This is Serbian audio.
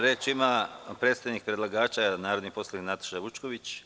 Reč ima predstavnik predlagača, narodni poslanik Nataša Vučković.